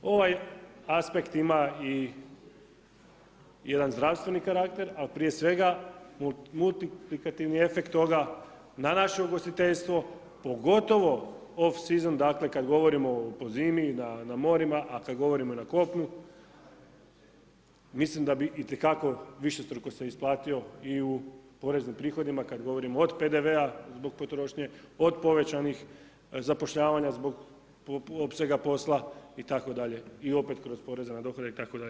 Ovaj aspekt ima i jedan zdravstveni karakter, a od prije svega multiplikativni efekt toga na naše ugostiteljstvo, pogotovo off-season, dakle kad govorimo po zimi na morima, a kad govorimo na kopnu, mislim da bi itekako višestruko se isplatio i u poreznim prihodima kad govorimo od PDV-a zbog potrošnje, od povećanih zapošljavanja zbog opsega posla itd. i opet kroz poreza na dohodak itd.